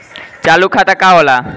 चालू खाता का होला?